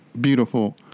beautiful